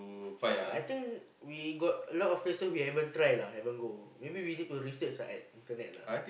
ya I think we got a lot of places we haven't try lah haven't go maybe we need to research ah at Internet lah